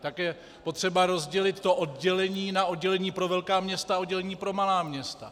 Také je potřeba rozdělit to oddělení na oddělení pro velká města a oddělení pro malá města.